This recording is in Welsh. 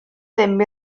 ddim